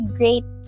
great